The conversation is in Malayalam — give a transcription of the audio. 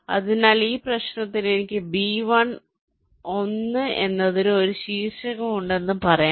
അതിനാൽ ഈ പ്രശ്നത്തിന് എനിക്ക് B1 I എന്നതിന് ഒരു ശീർഷകം ഉണ്ടെന്ന് പറയാം